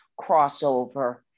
crossover